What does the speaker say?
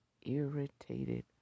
irritated